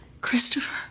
christopher